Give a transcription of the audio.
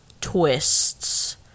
twists